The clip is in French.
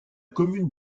commune